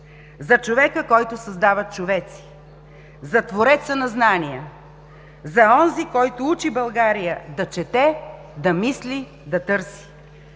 за човека, който създава човеци, за твореца на знания, за онзи, който учи България да чете, да мисли, да търси.